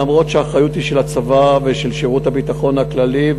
אף שהאחריות היא של הצבא ושל שירות הביטחון הכללי,